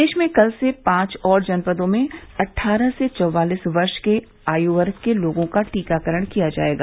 प्रदेश में कल से पांच और जनपदों में अट्ठारह से चौवालीस वर्ष के आयु वर्ग के लोगों का टीकाकरण किया जायेगा